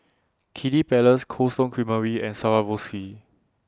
Kiddy Palace Cold Stone Creamery and Swarovski